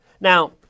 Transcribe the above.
Now